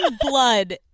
blood